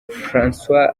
francois